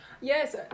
yes